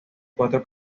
cuatro